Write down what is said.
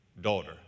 daughter